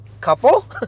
couple